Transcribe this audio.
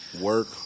Work